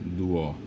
duo